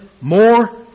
more